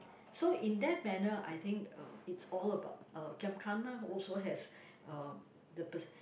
so in that banner I think uh it's all about uh giam-gana also has um the posi~